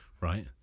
right